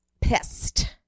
pissed